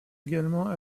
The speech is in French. également